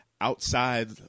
outside